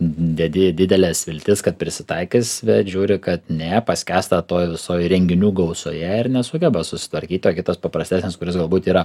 dedi dideles viltis kad prisitaikys bet žiūri kad ne paskęsta toj visoj renginių gausoje ir nesugeba susitvarkyti o kitas paprastesnis kuris galbūt yra